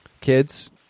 Kids